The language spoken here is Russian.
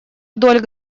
вдоль